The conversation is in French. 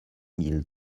mille